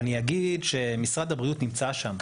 ואני אגיד שמשרד הבריאות נמצא שם,